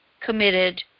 committed